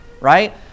Right